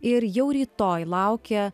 ir jau rytoj laukia